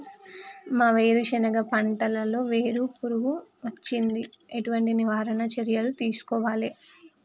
మా వేరుశెనగ పంటలలో వేరు పురుగు వచ్చింది? ఎటువంటి నివారణ చర్యలు తీసుకోవాలే?